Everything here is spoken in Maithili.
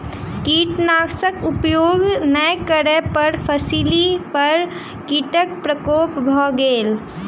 कीटनाशक उपयोग नै करै पर फसिली पर कीटक प्रकोप भ गेल